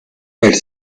elle